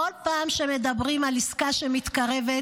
בכל פעם שמדברים על עסקה שמתקרבת,